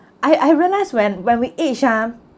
I I realize when when we age ah